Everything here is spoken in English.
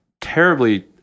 terribly